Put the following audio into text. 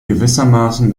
gewissermaßen